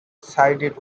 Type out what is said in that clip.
sided